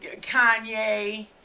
Kanye